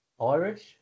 Irish